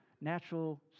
natural